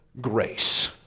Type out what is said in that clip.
grace